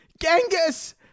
Genghis